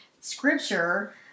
scripture